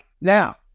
Now